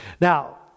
Now